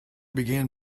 began